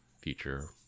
future